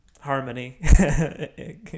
Harmony